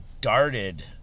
darted